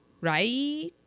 Right